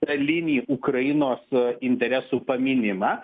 dalinį ukrainos interesų pamynimą